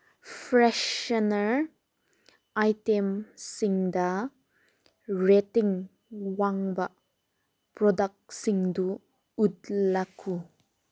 freshener ꯑꯥꯏꯇꯦꯝꯁꯤꯡꯗ rating ꯋꯥꯡꯕ ꯄ꯭ꯔꯣꯗꯛꯁꯤꯡꯗꯨ ꯎꯠꯂꯛꯎ